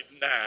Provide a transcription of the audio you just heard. now